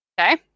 okay